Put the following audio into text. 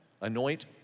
Anoint